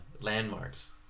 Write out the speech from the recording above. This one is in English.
landmarks